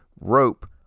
rope